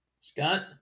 Scott